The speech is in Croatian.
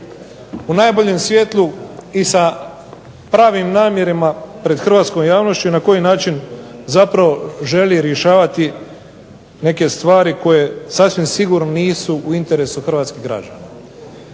u najboljem svjetlu i sa pravim namjerama pred hrvatskom javnošću na koji način želi rješavati neke stvari koje sasvim sigurno nisu u interesu hrvatskih građana.